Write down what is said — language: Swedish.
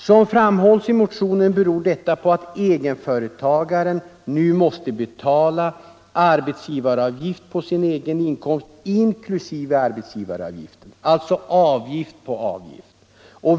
Som framhålls i motionerna beror detta på att egenföretagaren nu måste betala arbetsgivaravgift på sin egen inkomst inkl. arbetsgivarav giften — alltså avgift på avgift.